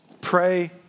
Pray